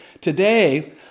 today